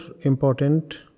important